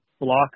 block